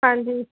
ਹਾਂਜੀ